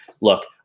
Look